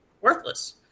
worthless